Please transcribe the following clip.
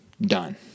done